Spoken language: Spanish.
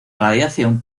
radiación